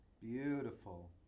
Beautiful